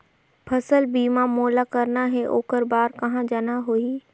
फसल बीमा मोला करना हे ओकर बार कहा जाना होही?